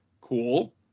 Cool